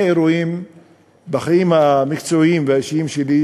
אירועים בחיים המקצועיים והאישיים שלי,